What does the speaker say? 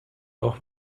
auch